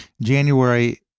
January